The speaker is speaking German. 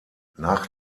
nach